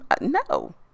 no